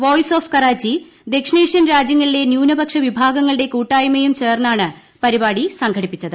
voice of Karachi ദക്ഷിണേഷ്യൻ രാജ്യങ്ങളിലെ ന്യൂനപക്ഷ വിഭാഗങ്ങളുടെ കൂട്ടായ്മയും ചേർന്നാണ് പ്രിപാടി സംഘടിപ്പിച്ചത്